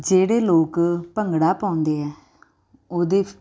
ਜਿਹੜੇ ਲੋਕ ਭੰਗੜਾ ਪਾਉਂਦੇ ਹੈ ਉਹਦੇ